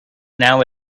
now